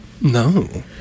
No